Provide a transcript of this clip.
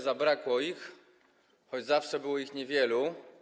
Zabrakło ich, choć zawsze było ich niewielu.